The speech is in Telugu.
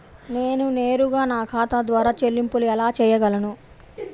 నేను నేరుగా నా ఖాతా ద్వారా చెల్లింపులు ఎలా చేయగలను?